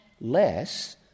less